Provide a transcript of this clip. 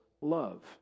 love